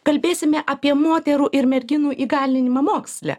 kalbėsime apie moterų ir merginų įgalinimą moksle